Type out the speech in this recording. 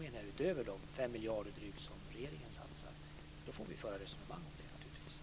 Jag menar utöver de drygt 5 miljarder som regeringen satsar. Då får vi naturligtvis föra resonemang om det.